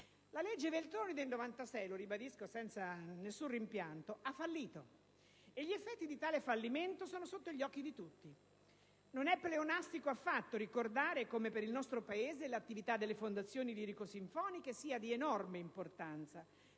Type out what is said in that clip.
La legge Veltroni del 1996 - lo ribadisco senza nessun rimpianto - ha fallito, e gli effetti di tale fallimento sono sotto gli occhi di tutti. Non è affatto pleonastico ricordare come per il nostro Paese l'attività delle fondazioni lirico-sinfoniche sia di enorme importanza,